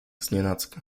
znienacka